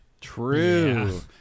true